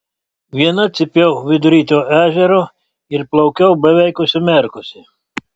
viena cypiau vidury to ežero ir plaukiau beveik užsimerkusi